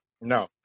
No